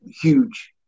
Huge